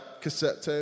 cassette